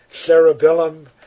cerebellum